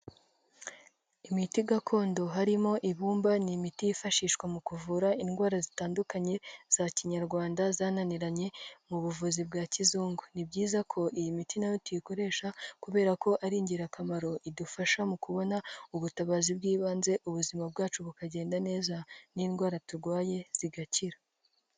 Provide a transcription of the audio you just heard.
Imiti gakondo harimo ibumba, ni imiti yifashishwa mu kuvura indwara zitandukanye za kinyarwanda zananiranye mu buvuzi bwa kizungu, ni byiza ko iyi miti na yo tuyikoresha kubera ko ari ingirakamaro, idufasha mu kubona ubutabazi bw'ibanze ubuzima bwacu bukagenda neza n'indwara turwaye zigakira.